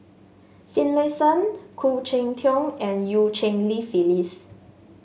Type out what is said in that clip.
Finlayson Khoo Cheng Tiong and Eu Cheng Li Phyllis